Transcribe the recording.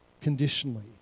Conditionally